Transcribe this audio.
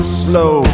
slow